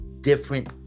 different